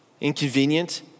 inconvenient